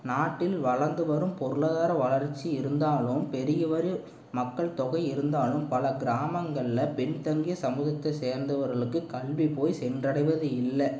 நாட்டில் வளர்ந்து வரும் பொருளாதார வளர்ச்சி இருந்தாலும் பெருகிவரும் மக்கள் தொகை இருந்தாலும் பல கிராமங்கள்ல பின் தங்கிய சமூகத்தை சேர்ந்தவர்களுக்குக் கல்வி போய்ச் சென்றடைவது இல்லை